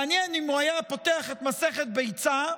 מעניין אם הוא היה פותח את מסכת ביצה,